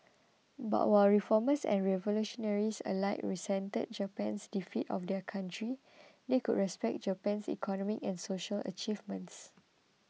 but while reformers and revolutionaries alike resented Japan's defeat of their country they could respect Japan's economic and social achievements